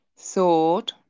Sword